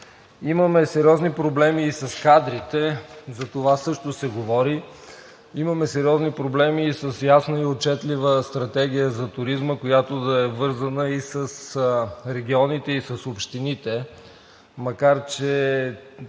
Имаме сериозни проблеми и с кадрите, за това също се говори. Имаме сериозни проблеми с ясна и отчетлива стратегия за туризма, която да е свързана и с регионите, и с общините, макар че